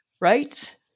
Right